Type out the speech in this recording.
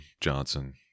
Johnson